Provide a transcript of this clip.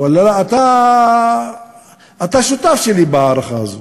אתה שותף שלי בהערכה הזאת,